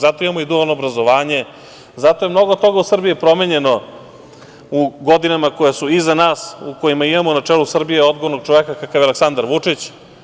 Zato je i dualno obrazovanje, zato je i mnogo toga u Srbiji promenjeno u godinama koje su iza nas, u kojima imamo na čelu Srbije odgovornog čoveka kakav je Aleksandar Vučić.